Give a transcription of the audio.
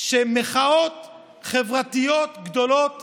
שמחאות חברתיות גדולות